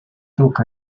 took